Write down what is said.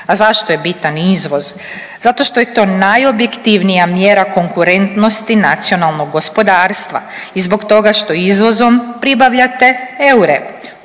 A zašto je bitan izvoz? Zato što je to najobjektivnija mjera konkurentnosti nacionalnog gospodarstva i zbog toga što izvozom pribavljate eure